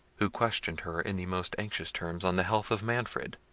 who questioned her in the most anxious terms on the health of manfred,